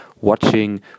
watching